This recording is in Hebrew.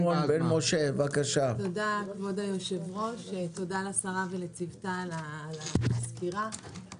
לא להשאיר אותם במשרדי רישוי ולא לשלם אגרות עבור רכבים שלא השתמשו בהם.